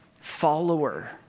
follower